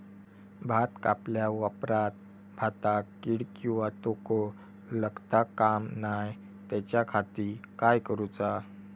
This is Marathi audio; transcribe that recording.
भात कापल्या ऑप्रात भाताक कीड किंवा तोको लगता काम नाय त्याच्या खाती काय करुचा?